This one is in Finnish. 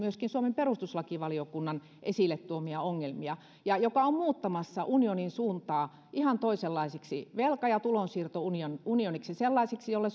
kuin suomen perustuslakivaliokunnan esille tuomia ongelmia ja joka on muuttamassa unionin suuntaa ihan toisenlaiseksi velka ja tulonsiirtounioniksi sellaiseksi jolle